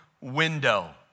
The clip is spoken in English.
window